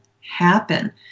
happen